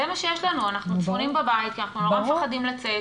אנחנו ספונים בבית כי אנחנו נורא מפחדים לצאת,